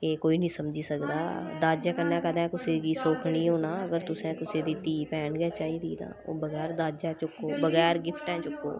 एह् कोई नेईं समझी सकदा दाजै कन्नै कदें कुसै गी सुक्ख नेईं होना अगर तुसें कुसै दी धीऽ भैन गै चाहिदी तां ओह् बगैर दाजै चुक्को बगैर गिफ्टें चुक्को